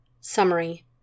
Summary